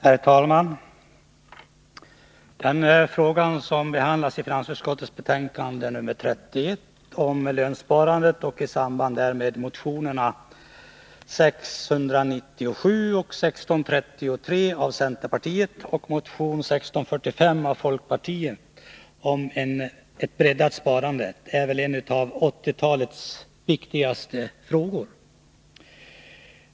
Herr talman! Den fråga som behandlats i finansutskottets betänkande nr 31 — om lönsparande och i samband därmed motionerna 697 och 1633 från centerpartiet samt motion 1645 från folkpartiet om ett breddat sparande — är väl en av 1980-talets viktigaste frågor.